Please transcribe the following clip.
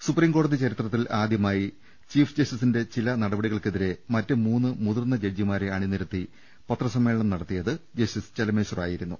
supreme കോടതിയുടെ ചരിത്രത്തിൽ ആദ്യമായി ചീഫ് ജസ്റ്റിസിന്റെ ചില നടപടികൾക്കെതിരെ മറ്റ് മൂന്ന് മുതിർന്ന ജഡ്ജിമാരെ അണിനിരത്തി പത്രസമ്മേളനം നടത്തിയത് ജസ്റ്റിസ് ചെലമേശ്വർ ആയി രുന്നു